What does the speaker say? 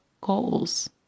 goals